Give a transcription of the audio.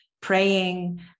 praying